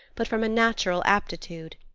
but from a natural aptitude.